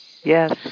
Yes